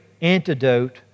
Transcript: antidote